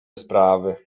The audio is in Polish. sprawy